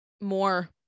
more